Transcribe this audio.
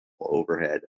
overhead